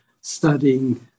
studying